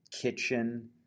kitchen